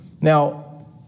Now